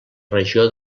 regió